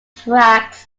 tracks